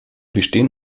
bestehen